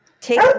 take